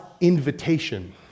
invitation